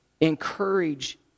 encourage